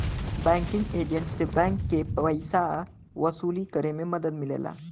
banking agent से bank के पइसा वसूली करे में मदद मिलेला